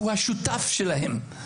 הוא השותף שלהם.